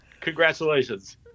congratulations